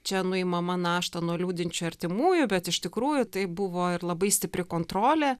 čia nuimama našta nuo liūdinčių artimųjų bet iš tikrųjų tai buvo ir labai stipri kontrolė